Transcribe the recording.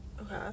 Okay